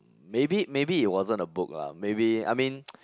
maybe maybe it wasn't a book lah maybe I mean